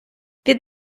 від